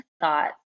thoughts